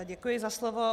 Děkuji za slovo.